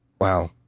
wow